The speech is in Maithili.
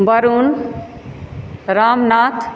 वरुण रामनाथ